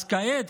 אז כעת,